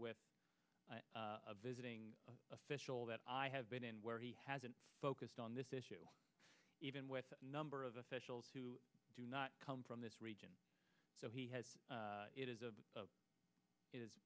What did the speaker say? with a visiting official that i have been in where he hasn't focused on this issue even with a number of officials who do not come from this region so he has it is